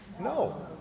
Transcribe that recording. No